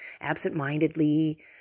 absentmindedly